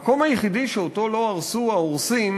המקום היחידי שאותו לא הרסו ההורסים